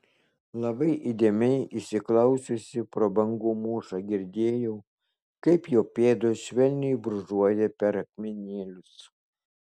labai įdėmiai įsiklausiusi pro bangų mūšą girdėjau kaip jo pėdos švelniai brūžuoja per akmenėlius